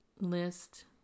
list